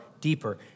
deeper